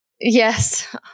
yes